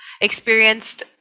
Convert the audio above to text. experienced